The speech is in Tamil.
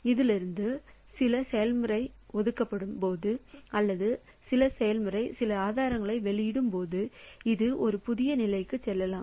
இதிலிருந்து சில செயல்முறை ஒதுக்கப்படும் போது அல்லது சில செயல்முறை சில ஆதாரங்களை வெளியிடும் போது இது ஒரு புதிய நிலைக்குச் செல்லலாம்